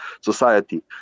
society